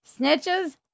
Snitches